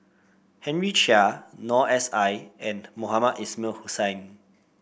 Henry Chia Noor S I and Mohamed Ismail Hussain